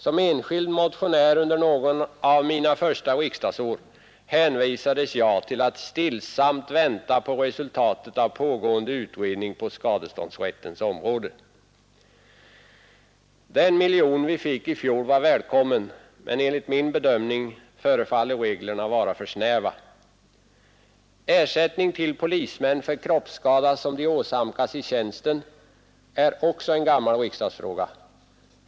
Som enskild motionär under någon av mina första riksdagsår hänvisades jag till att stillsamt vänta på resultat av pågående utredning på skadeståndsrättens område. Den miljon vi fick i fjol var välkommen, men enligt min bedömning förefaller reglerna vara för snäva. Ersättning till polismän för kroppsskada som de åsamkas i tjänsten är också en gammal riksdagsfråga.